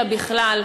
אלא בכלל,